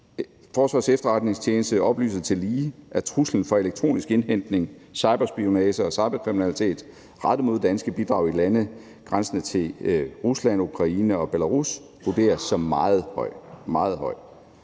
Forsvarets Efterretningstjeneste oplyser tillige, at truslen fra elektronisk indhentning, cyberspionage og cyberkriminalitet rettet mod danske bidrag i lande grænsende til Rusland, Ukraine og Belarus vurderes som meget høj